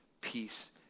peace